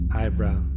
eyebrow